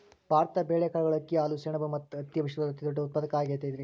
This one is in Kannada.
ಭಾರತ ಬೇಳೆ, ಕಾಳುಗಳು, ಅಕ್ಕಿ, ಹಾಲು, ಸೆಣಬ ಮತ್ತ ಹತ್ತಿಯ ವಿಶ್ವದ ಅತಿದೊಡ್ಡ ಉತ್ಪಾದಕ ಆಗೈತರಿ